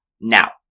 Now